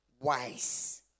wise